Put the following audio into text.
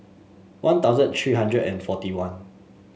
One Thousand three hundred and forty one